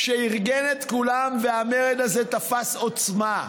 שארגן את כולם, והמרד הזה תפס עוצמה.